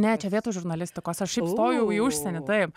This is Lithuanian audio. ne čia vietos žurnalistikos aš šiaip stojau į užsienį taip